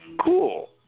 Cool